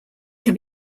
can